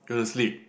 you want to sleep